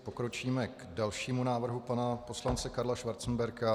Pokročíme k dalšímu návrhu pana poslance Karla Schwarzenberga.